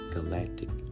Galactic